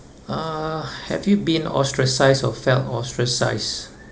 uh have you been ostracised or felt ostracised